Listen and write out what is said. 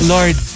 Lord